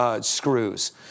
screws